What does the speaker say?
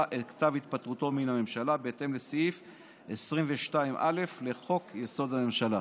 את כתב התפטרותו מן הממשלה בהתאם לסעיף 22(א) לחוק-יסוד: הממשלה.